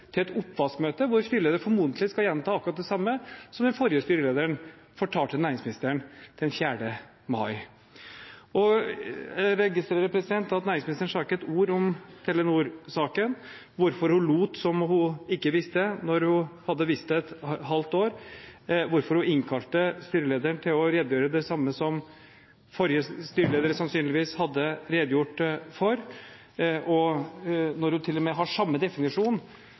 formodentlig skal gjenta akkurat det samme som den forrige styrelederen fortalte næringsministeren den 4. mai. Jeg registrerer at næringsministeren ikke sa et ord om Telenor-saken, om hvorfor hun lot som hun ikke visste, når hun hadde visst det i et halvt år, og om hvorfor hun innkalte styrelederen til å redegjøre om det samme som forrige styreleder sannsynligvis hadde redegjort for. Og når hun til og med har samme definisjon